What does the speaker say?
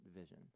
vision